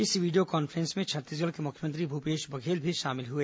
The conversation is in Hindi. इस वीडियो कॉन्फ्रेंस में छत्तीसगढ़ के मुख्यमंत्री भूपेश बघेल भी शामिल हुए